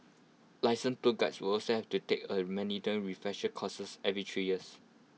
licensed tour Guides will also have to take A mandatory refresher courses every three years